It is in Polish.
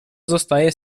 zostaje